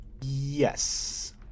Yes